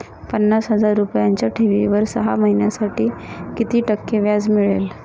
पन्नास हजार रुपयांच्या ठेवीवर सहा महिन्यांसाठी किती टक्के व्याज मिळेल?